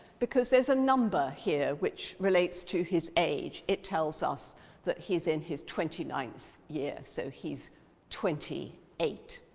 because there's a number here which relates to his age, it tells us that he's in his twenty ninth year, so he's twenty eight.